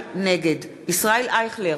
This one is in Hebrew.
נגד ישראל אייכלר,